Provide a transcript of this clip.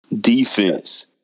Defense